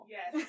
Yes